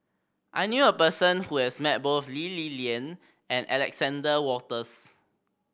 I knew a person who has met both Lee Li Lian and Alexander Wolters